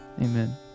Amen